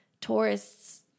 tourists